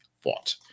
fought